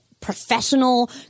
professional